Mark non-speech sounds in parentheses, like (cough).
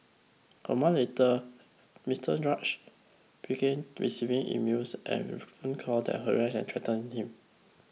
a month later Mister (unintelligible) began receiving emails and phone calls that harassed and threatened him